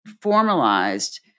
formalized